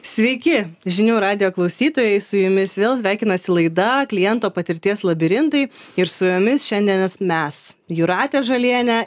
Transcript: sveiki žinių radijo klausytojai su jumis vėl sveikinasi laida kliento patirties labirintai ir su jumis šiandien mes jūratė žalienė